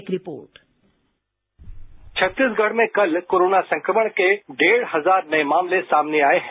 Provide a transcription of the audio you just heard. एक रिपोर्ट छत्तीसगढ़ में कल कोरोना संक्रमण के डेढ़ हजार नये मामले सामने आए हैं